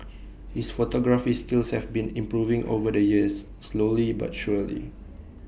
his photography skills have been improving over the years slowly but surely